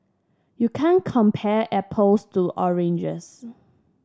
you can't compare apples to oranges